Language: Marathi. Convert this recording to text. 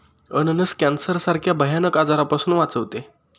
अननस कॅन्सर सारख्या भयानक आजारापासून वाचवते